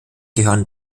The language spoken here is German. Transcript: gehören